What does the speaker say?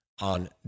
on